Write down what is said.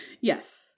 Yes